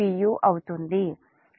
u అవుతుంది